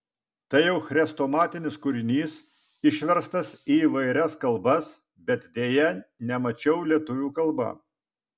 tai jau chrestomatinis kūrinys išverstas į įvairias kalbas bet deja nemačiau lietuvių kalba